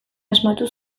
asmatu